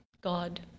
god